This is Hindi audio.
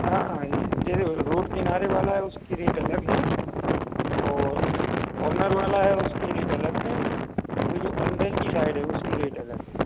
हाँ यह रोड किनारे वाला उसक रेट अलग है और कार्नर वाला है उसका रेट अलग है फिर जो अंदर की साइड है उसका रेट अलग है